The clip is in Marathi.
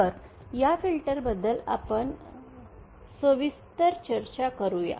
तर या फिल्टर बद्दल आपण सविस्तर चर्चा करूया